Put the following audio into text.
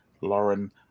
Lauren